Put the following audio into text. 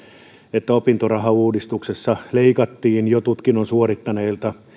että opintorahauudistuksessa leikattiin sitä jo tutkinnon suorittaneilta